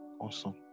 awesome